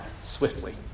swiftly